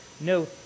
no